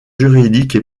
juridique